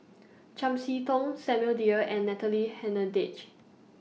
Chiam See Tong Samuel Dyer and Natalie Hennedige